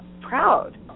proud